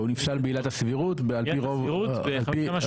היא נפסל בעילת הסבירות ועל פי רוב השופטים.